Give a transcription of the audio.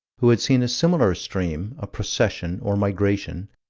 who had seen a similar stream, a procession, or migration,